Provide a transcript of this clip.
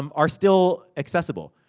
um are still accessible.